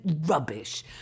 rubbish